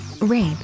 Rape